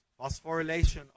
Phosphorylation